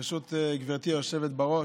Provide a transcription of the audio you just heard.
ברשות גברתי היושבת בראש,